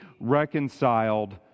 reconciled